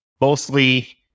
mostly